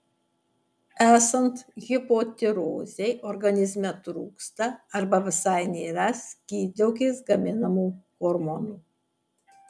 esant hipotirozei organizme trūksta arba visai nėra skydliaukės gaminamų hormonų